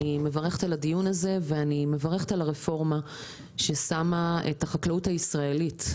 אני מברכת על הדיון ועל הרפורמה ששמה את החקלאות הישראלית,